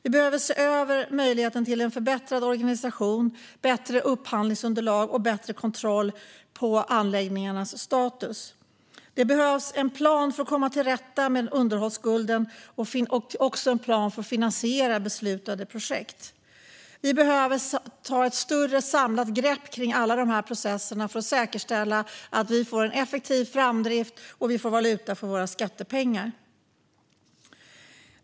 Vi behöver se över möjligheten till förbättrad organisation, bättre upphandlingsunderlag och bättre kontroll på anläggningarnas status. Det behövs en plan för att komma till rätta med underhållsskulden och också en plan för att finansiera beslutade projekt. Vi behöver ta ett större samlat grepp kring alla dessa processer för att säkerställa att vi får en effektiv framdrift och valuta för våra skattepengar.